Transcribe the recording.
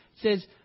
says